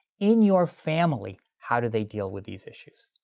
in your family how do they deal with these issues?